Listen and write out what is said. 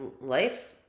life